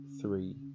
three